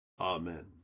Amen